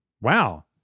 Wow